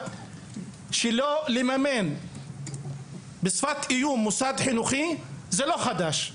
שלא לממן בשפת איום מוסד חינוכי זה לא חדש,